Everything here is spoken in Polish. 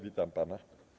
Witam pana.